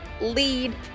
lead